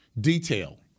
detail